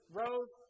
rose